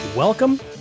Welcome